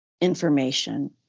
information